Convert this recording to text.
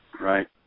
Right